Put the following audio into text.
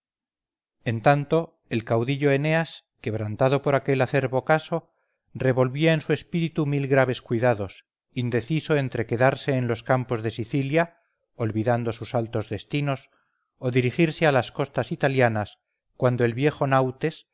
en tanto el caudillo eneas quebrantado por aquel acerbo caso revolvía en su espíritu mil graves cuidados indeciso entre quedarse en los campos de sicilia olvidando sus altos destinos o dirigirse a las costas italianas cuando el viejo nautes